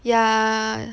yeah